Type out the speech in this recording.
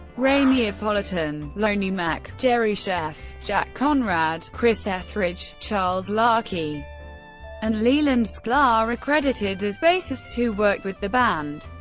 ray neopolitan, lonnie mack, jerry scheff, jack conrad, chris ethridge, charles larkey and leland sklar are credited as bassists who worked with the band.